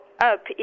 up